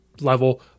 level